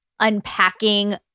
unpacking